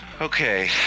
okay